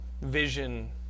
vision